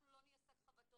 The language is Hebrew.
אנחנו לא נהיה שק חבטות,